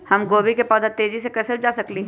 हम गोभी के पौधा तेजी से कैसे उपजा सकली ह?